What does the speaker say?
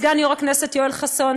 סגן יו"ר הכנסת יואל חסון,